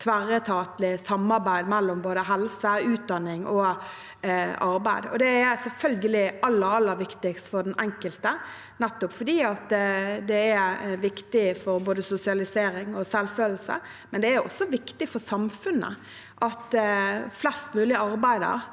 tverretatlig samarbeid mellom både helse, utdanning og arbeid. Det er selvfølgelig aller, aller viktigst for den enkelte, nettopp fordi det er viktig for både sosialisering og selvfølelse, men det er også viktig for samfunnet at flest mulig arbeider.